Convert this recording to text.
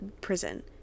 prison